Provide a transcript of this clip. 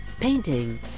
painting